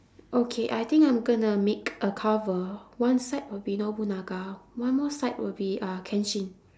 okay I think I'm going to make a cover one side will be nobunaga one more side will be uh kenshin